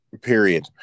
period